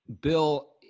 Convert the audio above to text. Bill